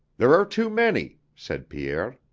there are too many, said pierre.